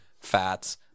fats